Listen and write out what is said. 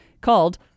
called